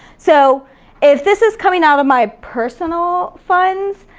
so if this is coming out of my personal funds,